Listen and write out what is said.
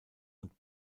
und